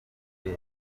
bihe